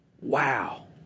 Wow